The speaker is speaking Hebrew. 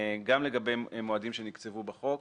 גם לגבי מועדים שנקצבו בחוק,